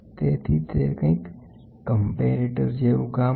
તેથી તે કંઇક કમ્પેરેટર જેવું છે